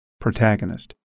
protagonist